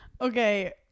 Okay